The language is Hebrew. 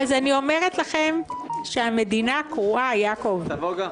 אני אומרת לכם שהמדינה קרועה, יעקב.